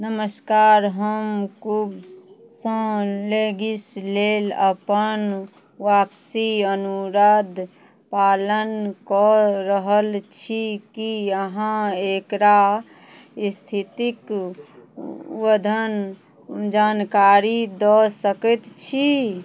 नमस्कार हम कुबसँ लेगिस लेल अपन आपसी अनुरोध पालन कऽ रहल छी कि अहाँ एकरा इस्थितिके जानकारी दऽ सकै छी